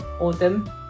autumn